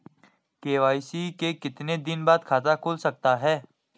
KYC के कितने दिन बाद खाता खुल सकता है?